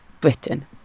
Britain